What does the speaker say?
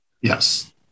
Yes